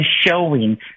showing